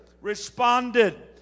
responded